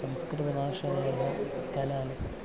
संस्कृतभाषाया उत्कलाले